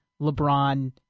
LeBron